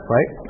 Right